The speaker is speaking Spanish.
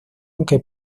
aunque